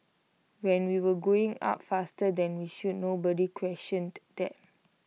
when we were going up faster than we should nobody questioned that